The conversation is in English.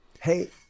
hey